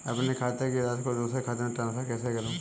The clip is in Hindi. अपने खाते की राशि को दूसरे के खाते में ट्रांसफर कैसे करूँ?